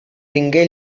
tingué